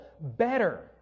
better